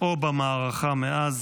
או במערכה מאז.